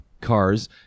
cars